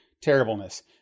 terribleness